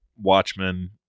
watchmen